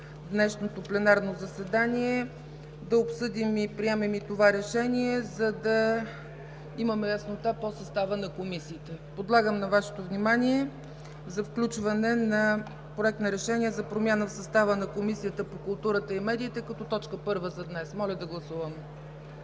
днешното пленарно заседание да обсъдим и приемем и това решение, за да имаме яснота по състава на комисиите. Подлагам на Вашето внимание за включване Проект на решение за промяна в състава на Комисията по културата и медиите като точка първа за днес. Моля да гласуваме.